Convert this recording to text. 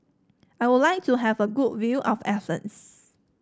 Ii would like to have a good view of Athens